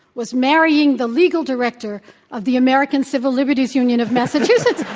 was marrying the legal director of the american civil liberties union of massachusetts,